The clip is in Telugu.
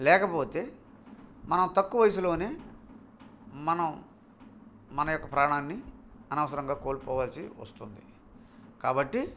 లేకపోతే మనం తక్కువ వయసులో మనం మన యొక్క ప్రాణాన్ని అనవసరంగా కోల్పోవాల్సి వస్తుంది కాబట్టి